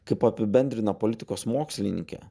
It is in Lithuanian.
kaip apibendrina politikos mokslininkė